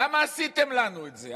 למה עשיתם לנו את זה?